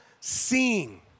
seeing